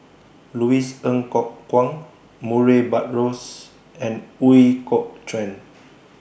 Louis Ng Kok Kwang Murray Buttrose and Ooi Kok Chuen